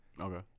Okay